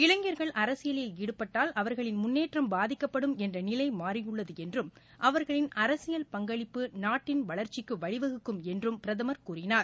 இளைஞர்கள் அரசியலில் ஈடுபட்டால் அவர்களின் முன்னேற்றம் பாதிக்கப்படும் என்ற நிலை மாறியுள்ளது என்றும் அவர்களின் அரசியல் பங்களிப்பு நாட்டின் வளர்ச்சிக்கு வழிவகுக்கும் என்றும் பிரதமர் கூறினார்